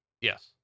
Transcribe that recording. Yes